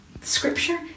scripture